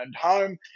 home